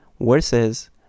Versus